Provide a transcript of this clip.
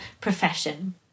profession